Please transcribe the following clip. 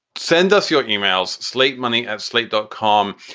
send us your emails, slate money at slate dot com.